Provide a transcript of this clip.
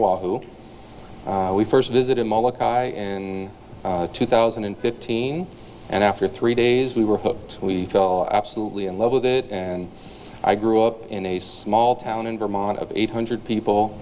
who we first visited molokai in two thousand and fifteen and after three days we were hooked and we fell absolutely in love with it and i grew up in a small town in vermont of eight hundred people